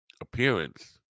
appearance